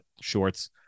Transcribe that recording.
shorts